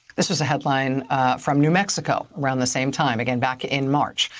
this was a headline from new mexico around the same time, again, back in march.